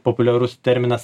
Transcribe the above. populiarus terminas